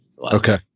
Okay